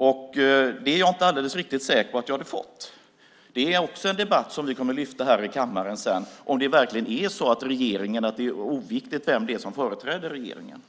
Jag är inte så säker på att jag hade fått det. Det är en debatt som vi också kommer att lyfta upp här i kammaren sedan om det verkligen är oviktigt vem som företräder regeringen.